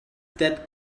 that